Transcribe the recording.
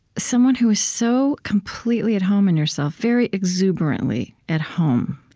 someone who is so completely at home in yourself, very exuberantly at home.